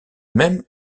même